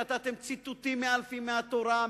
נתתם ציטוטים מאלפים מהתורה,